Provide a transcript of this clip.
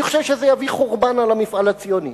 אני חושב שזה יביא חורבן על המפעל הציוני.